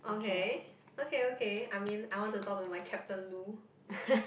okay okay okay i mean I want to talk to my Captain Loo